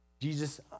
Jesus